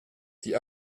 die